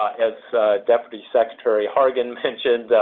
as deputy secretary hargan mentioned,